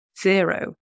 zero